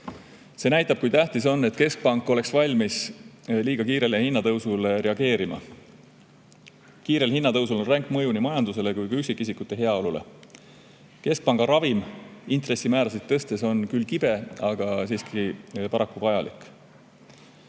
See näitab, kui tähtis on, et keskpank oleks valmis kiirele hinnatõusule reageerima. Kiirel hinnatõusul on ränk mõju nii majandusele kui ka üksikisikute heaolule. Keskpanga ravim intressimäärasid tõstes on küll kibe, aga paraku vajalik.